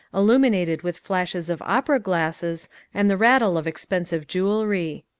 illuminated with flashes of opera glasses and the rattle of expensive jewelry.